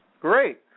Great